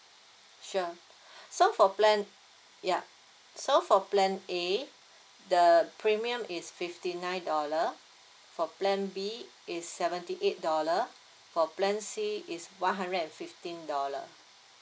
sure so for plan yup so for plan A the premium is fifty nine dollar for plan B is seventy eight dollar for plan C is one hundred and fifteen dollar